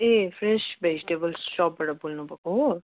ए fresh vegetables सपबाट बोल्नु भएको हो